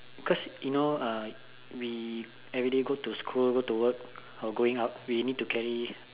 cause you know uh we everyday go to school go to work or going out we need to carry